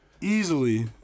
easily